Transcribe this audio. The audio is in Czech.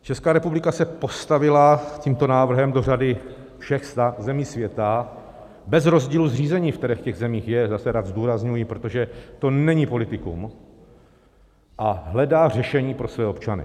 Česká republika se postavila tímto návrhem do řady všech zemí světa bez rozdílu zřízení, které v těch zemích je zase rád zdůrazňuji, protože to není politikum , a hledá řešení pro své občany.